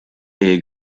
est